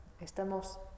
estamos